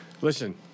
listen